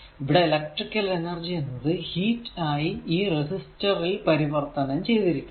ഇവിടെ electrical energy എന്നത് heat ആയി ഈ റെസിസ്റ്റർ ൽ പരിവർത്തനം ചെയ്തിരിക്കുന്നു